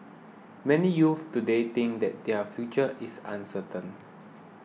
many youths today think that their future is uncertain